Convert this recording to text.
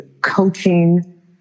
coaching